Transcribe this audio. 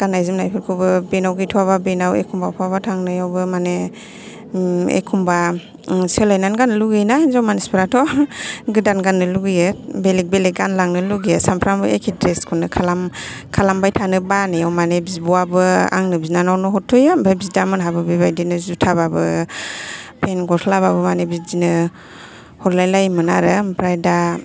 गाननाय जोमनायफोरखौबो बेनाव गैथ'याबा बेनाव एखमबा बहाबा थांनायावहाय माने एखमबा सोलायनानै गाननो लुबैयोना हिनजाव मानसिफोराथ' गोदान गाननो लुबैयो बेलेक बेलेक गानलांनो लुबैयो सामफ्रोमबो एखे द्रेस खौनो खालाम खालामबाय थानो बानायाव बिब'आबो आंनो हरथ'यो ओमफ्राय बिदामोनहाबो बेबादिनो जुटाबाबो फेन गसलाबाबो बिदिनो हरलायलायोमोन आरो ओमफ्राय दा